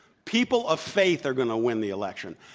people of faith are going to win the election.